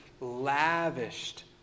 lavished